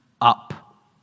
up